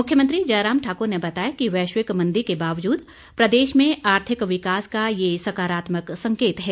मुख्यमंत्री जयराम ठाकुर ने बताया कि वैश्विक मंदी के बावजूद प्रदेश में आर्थिक विकास का ये सकारात्मक संकेत है